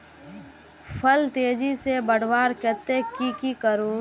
फल तेजी से बढ़वार केते की की करूम?